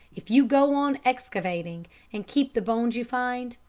if you go on excavating and keep the bones you find,